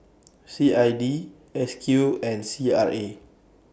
C I D S Q and C R A